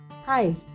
Hi